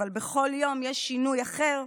אבל בכל יום יש שינוי אחר,